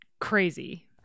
crazy